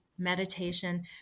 meditation